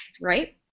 Right